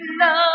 love